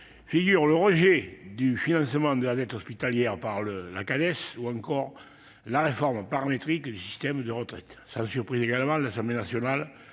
notamment au rejet du financement de la dette hospitalière par la Cades ou encore à la réforme paramétrique du système de retraite. Sans surprise également, l'Assemblée nationale